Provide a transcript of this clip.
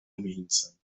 rumieńcem